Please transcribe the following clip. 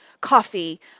coffee